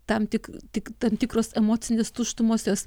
tam tik tik tam tikros emocinės tuštumos jos